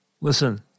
listen